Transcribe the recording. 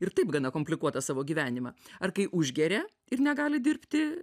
ir taip gana komplikuotą savo gyvenimą ar kai užgeria ir negali dirbti